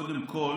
קודם כול,